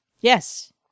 Yes